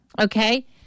Okay